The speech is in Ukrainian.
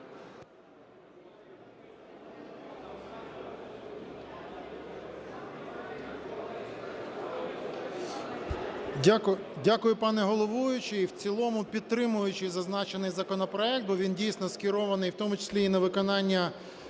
Дякую, пане головуючий. В цілому підтримуючи зазначений законопроект, бо він дійсно скерований, в тому числі і на виконання